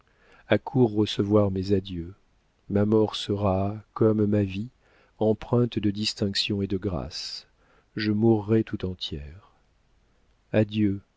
levée accours recevoir mes adieux ma mort sera comme ma vie empreinte de distinction et de grâce je mourrai tout entière adieu